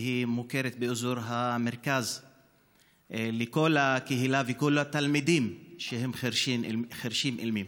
והיא מוכרת באזור המרכז לכל הקהילה ולכל התלמידים שהם חירשים אילמים,